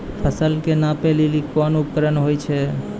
फसल कऽ नापै लेली कोन उपकरण होय छै?